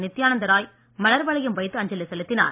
நித்தியானந்த ராய் மலர் வளையம் வைத்து அஞ்சலி செலுத்தினார்